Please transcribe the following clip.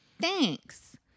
Thanks